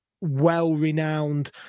well-renowned